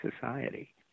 society